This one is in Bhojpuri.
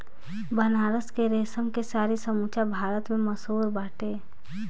बनारस के रेशम के साड़ी समूचा भारत में मशहूर बाटे